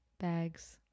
bags